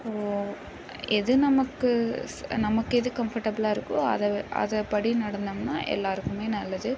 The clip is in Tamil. ஸோ எது நமக்கு ஸ் நமக்கு எது கம்ஃபர்டபுளாக இருக்கோ அதை அதை படி நடந்தமுன்னா எல்லாருக்குமே நல்லது